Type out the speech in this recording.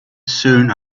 soon